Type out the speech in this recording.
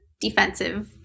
defensive